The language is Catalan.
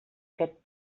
aquest